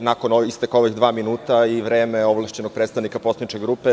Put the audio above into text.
nakon isteka ovih dva minuta koristiću i vreme ovlašćenog predstavnike poslaničke grupe.